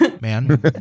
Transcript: Man